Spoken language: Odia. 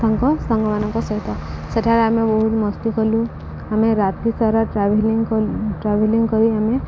ତାଙ୍କ ସାଙ୍ଗମାନଙ୍କ ସହିତ ସେଠାରେ ଆମେ ବହୁତ ମସ୍ତି କଲୁ ଆମେ ରାତି ସାରା ଟ୍ରାଭେଲିଂ ଟ୍ରାଭେଲିଂ କରି ଆମେ